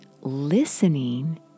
listening